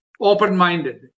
open-minded